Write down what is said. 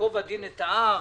ייקוב הדין את ההר